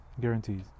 guarantees